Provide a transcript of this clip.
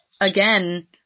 Again